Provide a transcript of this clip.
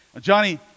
Johnny